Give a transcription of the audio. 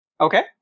Okay